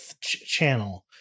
channel